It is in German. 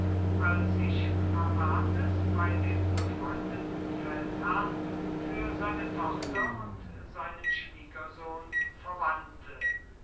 als sich phraates bei dem befreundeten feldherrn für seine tochter und seinen schwiegersohn verwandte